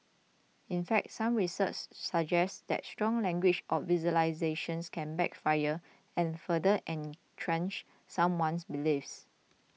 in fact some research suggests that strong language or visualisations can backfire and further entrench someone's beliefs